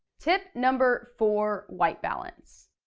tip number four, white balance.